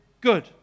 good